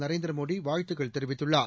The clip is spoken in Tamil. நரேந்திரமோடிவாழ்த்துக்கள் தெரிவித்துள்ளார்